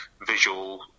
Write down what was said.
visual